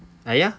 ayah